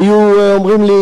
היו אומרים לי: